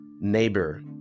neighbor